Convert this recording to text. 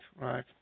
right